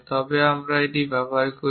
তবে আমরা এটি ব্যবহার করি